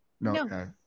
No